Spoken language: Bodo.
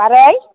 माबोरै